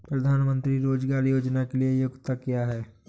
प्रधानमंत्री रोज़गार योजना के लिए योग्यता क्या है?